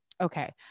Okay